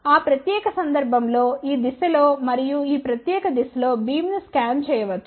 ఆ ప్రత్యేక సందర్భం లో ఈ దిశలో మరియు ఈ ప్రత్యేక దిశలో బీమ్ ను స్కాన్ చేయవచ్చు